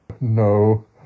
No